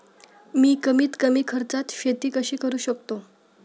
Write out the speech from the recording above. मी कमीत कमी खर्चात शेती कशी करू शकतो?